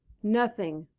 nothing,